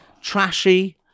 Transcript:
trashy